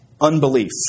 unbelief